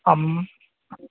आम्